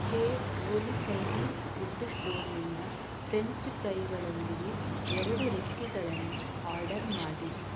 ಹೇ ಓಲಿ Chinese food ಸ್ಟೋರ್ನಿಂದ French ಫ್ರೈಗಳೊಂದಿಗೆ ಎರಡು ರೆಕ್ಕೆಗಳನ್ನು ಆರ್ಡರ್ ಮಾಡಿ